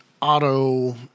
Auto